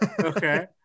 okay